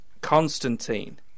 Constantine